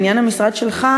לעניין המשרד שלך,